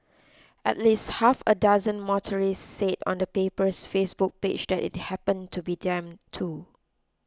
at least half a dozen motorists said on the paper's Facebook page that it happened to be them too